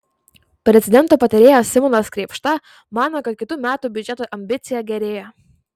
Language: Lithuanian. prezidento patarėjas simonas krėpšta mano kad kitų metų biudžeto ambicija gerėja